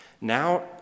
Now